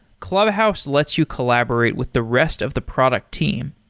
clubhouse lets you collaborate with the rest of the product team.